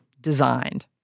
designed